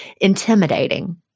intimidating